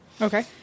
Okay